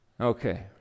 okay